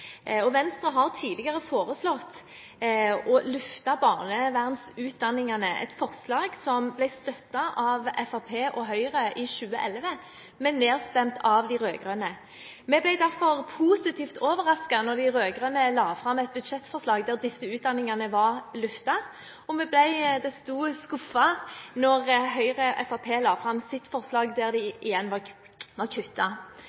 hjelp. Venstre har tidligere foreslått å løfte barnevernutdanningene – et forslag som ble støttet av Fremskrittspartiet og Høyre i 2011, men nedstemt av de rød-grønne. Vi ble derfor positivt overrasket da de rød-grønne la fram et budsjettforslag der disse utdanningene var løftet, og desto mer skuffet da Høyre og Fremskrittspartiet la fram sitt forslag der